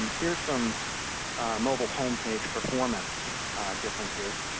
um here's some mobile home-page performance differences.